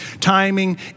Timing